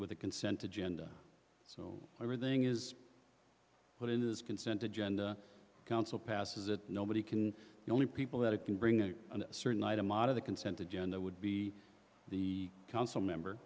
with the consent agenda so everything is what it is consent agenda council passes it nobody can the only people that it can bring a certain item on of the consent agenda would be the council member